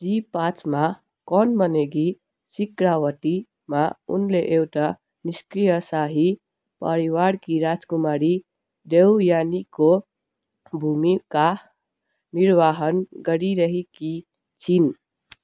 जी पाँचमा कौन बनेगी शिखरावतीमा उनले एउटा निष्क्रिय शाही परिवारकी राजकुमारी देवयानीको भूमिका निर्वाहन गरिरहेकी छिन्